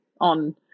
on